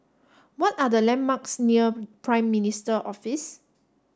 what are the landmarks near Prime Minister Office